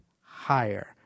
higher